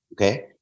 Okay